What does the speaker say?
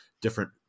Different